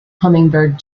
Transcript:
hummingbird